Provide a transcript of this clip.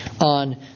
on